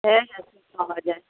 হ্যাঁ হ্যাঁ পাওয়া যায়